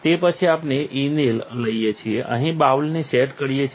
તે પછી આપણે ઇનલે લઇએ છીએ અહીં બાઉલને સેટ કરીએ છીએ